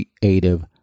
creative